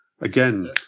Again